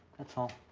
that's all.